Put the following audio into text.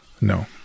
No